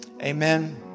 Amen